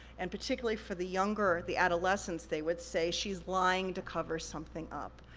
and particularly for the younger, the adolescents, they would say, she's lying to cover something up.